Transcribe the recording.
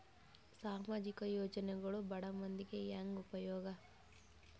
ಸಾಮಾಜಿಕ ಯೋಜನೆಗಳು ಬಡ ಮಂದಿಗೆ ಹೆಂಗ್ ಉಪಯೋಗ?